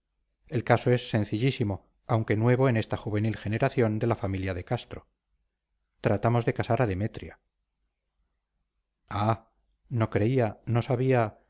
el caso es sencillísimo aunque nuevo en esta juvenil generación de la familia de castro tratamos de casar a demetria ah no creía no sabía